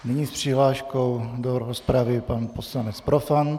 Nyní s přihláškou do rozpravy pan poslanec Profant.